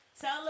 tell